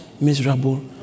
miserable